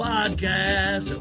Podcast